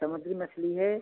समुद्री मछली है